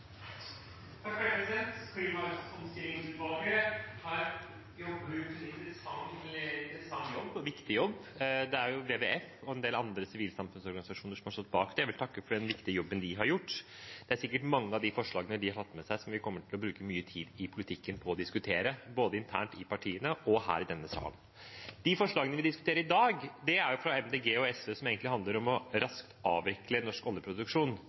har gjort en interessant jobb, og en viktig jobb. Det er WWF og en del andre sivilsamfunnsorganisasjoner som har stått bak det, og jeg vil takke for den viktige jobben de har gjort. Det er sikkert mange av de forslagene de har hatt med seg, som vi kommer til å bruke mye tid i politikken på å diskutere, både internt i partiene og her i denne salen. De forslagene vi diskuterer i dag, kommer fra Miljøpartiet De Grønne og SV, og handler egentlig om raskt å avvikle norsk oljeproduksjon.